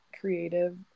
creative